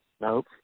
Nope